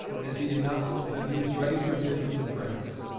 as he announced that he was ready to hear from the friends.